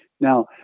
Now